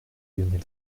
lionel